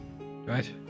Right